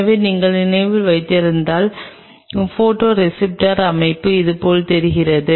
எனவே நீங்கள் நினைவில் வைத்திருந்தால் போடோரிஸ்ப்ட்டோர் அமைப்பு இதுபோல் தெரிகிறது